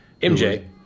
MJ